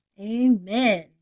Amen